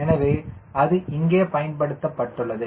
எனவே அது இங்கே பயன்படுத்தப்பட்டுள்ளது